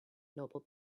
nobel